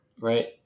Right